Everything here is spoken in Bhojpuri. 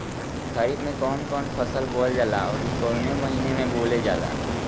खरिफ में कौन कौं फसल बोवल जाला अउर काउने महीने में बोवेल जाला?